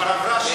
כבר עברה שישה,